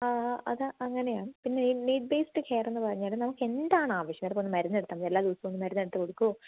അതാണ് അങ്ങനെയാണ് പിന്നെ ഈ നീഡ് ബേസ്ഡ് കെയർ എന്ന് പറഞ്ഞാൽ നമുക്ക് എന്താണ് ആവശ്യം അതിപ്പോൾ മരുന്ന് എടുത്താൽ മതി എല്ലാ ദിവസവും ഒന്ന് മരുന്ന് എടുത്ത് കൊടുക്കുവോ